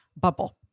bubble